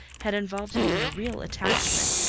had involved him in a real attachment,